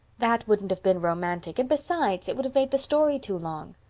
that wouldn't have been romantic, and, besides, it would have made the story too long.